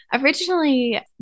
Originally